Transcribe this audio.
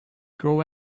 grow